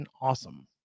awesome